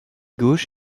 gauche